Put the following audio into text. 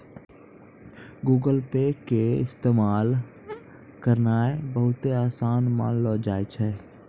Google Pay के इस्तेमाल करनाय बहुते असान मानलो जाय छै